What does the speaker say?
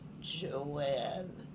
Joanne